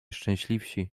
szczęśliwsi